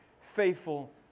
faithful